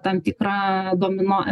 tam tikrą domino efektą kuris